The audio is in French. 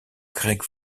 greg